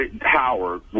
Howard